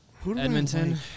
Edmonton